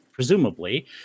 Presumably